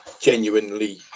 genuinely